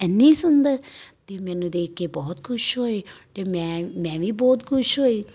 ਇੰਨੀ ਸੁੰਦਰ ਅਤੇ ਮੈਨੂੰ ਦੇਖ ਕੇ ਬਹੁਤ ਖੁਸ਼ ਹੋਏ ਅਤੇ ਮੈਂ ਮੈਂ ਵੀ ਬਹੁਤ ਖੁਸ਼ ਹੋਈ